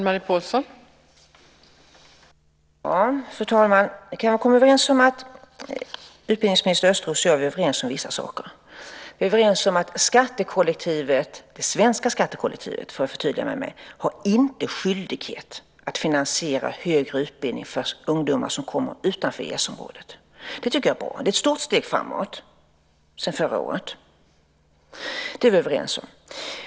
Fru talman! Vi kan väl enas om att utbildningsminister Thomas Östros och jag är överens om vissa saker. Vi är överens om att det svenska skattekollektivet inte har skyldighet att finansiera högre utbildning för ungdomar som kommer från länder utanför EES-området. Det tycker jag är bra och ett stort steg framåt sedan förra året. Det är vi alltså överens om.